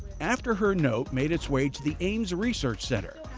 after her note made its way to the ames research center,